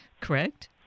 correct